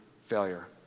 failure